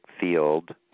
field